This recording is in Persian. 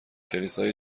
کلیسای